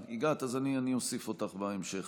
הגעת, אז אוסיף אותך בהמשך.